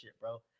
bro